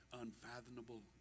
unfathomable